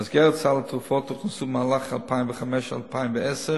במסגרת סל התרופות הוכנסו, במהלך 2005 2010,